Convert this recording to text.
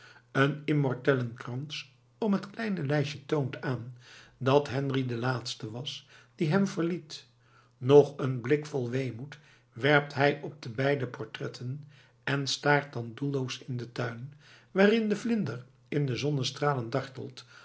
een immortellenkrans om het kleine lijstje toont aan dat henri de laatste was die hem verliet nog een blik vol weemoed werpt hij op de beide portretten en staart dan doelloos in den tuin waarin de vlinder in de zonnestralen dartelt